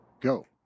go